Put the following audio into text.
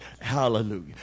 Hallelujah